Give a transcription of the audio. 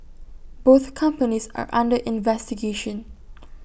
both companies are under investigation